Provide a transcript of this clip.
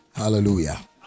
hallelujah